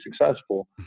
successful